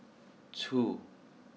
two